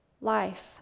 life